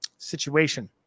situation